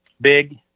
big